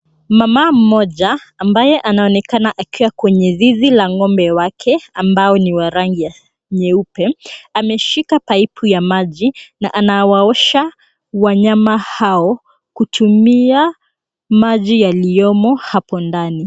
Mama mmoja ambaye anaonekana akiwa kwenye zizi la ng'ombe wake ambao ni wa rangi ya nyeupe ameshika paipu ya maji na anawaosha wanyama hao kutumia maji yaliyomo hapo ndani.